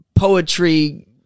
poetry